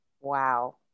Wow